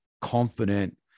confident